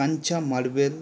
কানচা marble